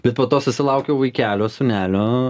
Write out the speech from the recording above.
bet po to susilaukiau vaikelio sūnelio